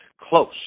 close